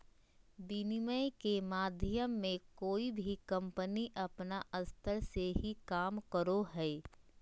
विनिमय के माध्यम मे कोय भी कम्पनी अपन स्तर से ही काम करो हय